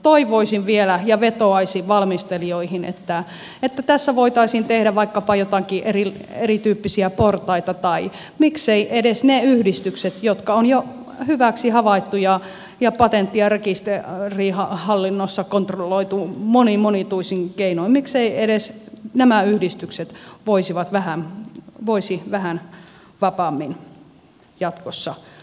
toivoisin vielä ja vetoaisin valmistelijoihin että tässä voitaisiin tehdä vaikkapa joitakin erityyppisiä portaita tai mikseivät edes ne yhdistykset jotka ovat jo hyviksi havaittuja ja patentti ja rekistö on lihahallinnossa kontrolloitu monimonituisin keinoinkseen rekisterihallinnossa monin monituisin keinoin kontrolloituja voisi vähän vapaammin jatkossa toimia